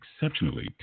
exceptionally